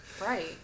right